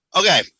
Okay